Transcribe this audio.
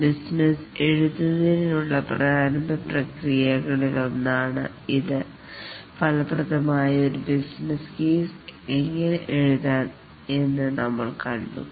business എഴുതുന്നതിനുള്ള പ്രാരംഭ പ്രക്രിയ കളിലൊന്നാണ് ഇത്ഫലപ്രദമായ ഒരു ബിസിനസ് കേസ് എങ്ങനെ എഴുതാം എന്ന് നമ്മൾ കണ്ടു